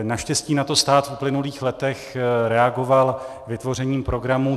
Naštěstí na to stát v uplynulých letech reagoval vytvořením programu.